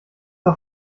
auf